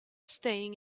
staying